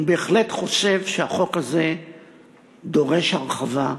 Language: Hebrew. אני בהחלט חושב שהחוק הזה דורש הרחבה,